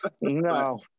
No